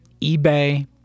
eBay